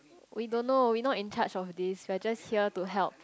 we don't know we not in charge of this we are just here to help